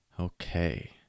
Okay